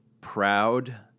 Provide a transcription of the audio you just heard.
proud